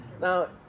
Now